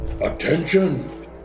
Attention